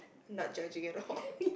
not judging at all